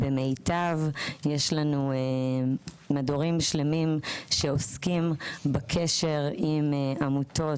במיטב יש לנו מדורים שלמים שעוסקים בקשר עם עמותות,